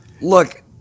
Look